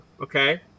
Okay